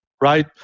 right